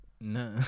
No